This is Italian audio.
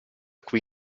qui